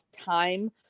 time